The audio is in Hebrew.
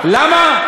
למה?